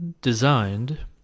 designed